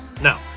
No